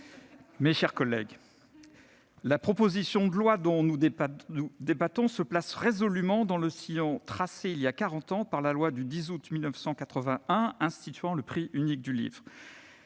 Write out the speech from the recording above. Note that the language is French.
mes chers collègues, la proposition de loi dont nous débattons se place résolument dans le sillon tracé, il y a quarante ans, par la loi du 10 août 1981, qui a institué le prix unique du livre.